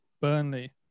Burnley